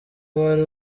wari